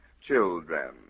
children